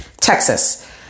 Texas